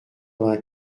vingt